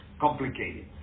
Complicated